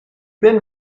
been